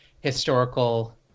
historical